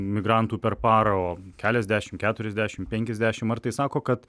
migrantų per parą o keliasdešimt keturiasdešimt penkiasdešimt ar tai sako kad